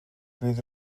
fydd